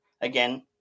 again